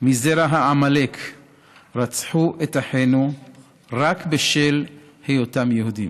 מזרע עמלק רצחו את אחינו רק בשל היותם יהודים.